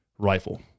Rifle